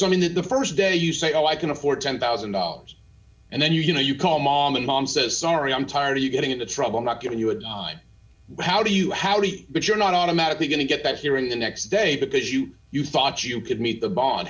mean the st day you say oh i can afford ten thousand dollars and then you know you call mom and mom says sorry i'm tired of you getting into trouble not giving you a dime how do you how do you but you're not automatically going to get back here in the next day because you you thought you could meet the bond